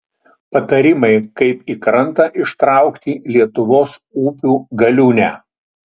patarimai kaip į krantą ištraukti lietuvos upių galiūnę